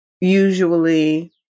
usually